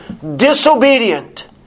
disobedient